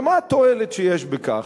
ומה התועלת שיש בכך.